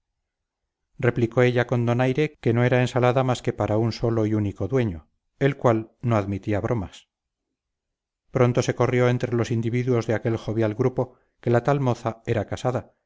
replicó ella con donaire que no era ensalada más que para un solo y único dueño el cual no admitía bromas pronto se corrió entre los individuos de aquel jovial grupo que la tal moza era casada